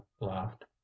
laughed